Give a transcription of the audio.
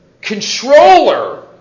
controller